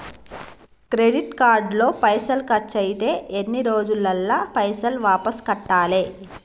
Credit card లో పైసల్ ఖర్చయితే ఎన్ని రోజులల్ల పైసల్ వాపస్ కట్టాలే?